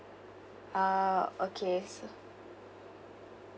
ah okay so